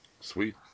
Sweet